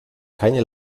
keine